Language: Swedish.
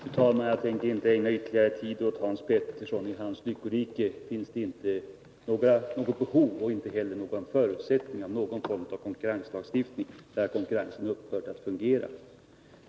Fru talman! Jag tänker inte ägna ytterligare tid åt Hans Petersson i Hallstahammar. I hans lyckorike finns det inte behov av och inte heller förutsättningar för någon form av konkurrenslagstiftning. Där har konkurrensen upphört att fungera.